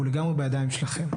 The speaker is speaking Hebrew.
והוא לגמרי בידיים שלכם.